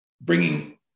bringing